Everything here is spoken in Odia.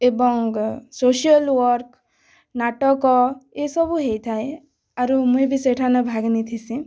ଏବଂ ସୋସିଆଲ୍ ୱାର୍କ ନାଟକ ଏ ସବୁ ହେଇଥାଏ ଆରୁ ମୁଇଁ ବି ସେଠାନେ ଭାଗ୍ ନେଇଥିଁସି